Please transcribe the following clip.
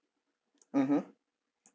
mmhmm